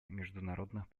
международных